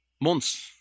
Months